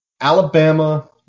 Alabama